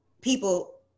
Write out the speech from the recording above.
people